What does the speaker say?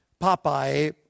Popeye